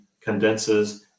condenses